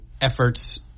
efforts